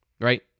right